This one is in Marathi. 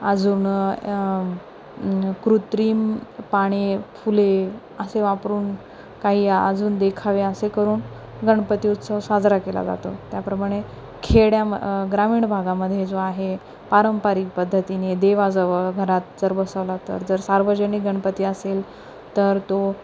अजून कृत्रिम पाने फुले असे वापरून काही अजून देखावे असे करून गणपती उत्सव साजरा केला जातो त्याप्रमाणे खेड्या म ग्रामीण भागामध्ये जो आहे पारंपरिक पद्धतीने देवाजवळ घरात जर बसवला तर जर सार्वजनिक गणपती असेल तर तो